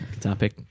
Topic